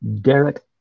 Derek